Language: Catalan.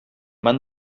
van